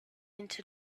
into